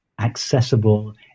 accessible